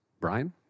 Brian